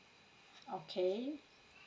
okay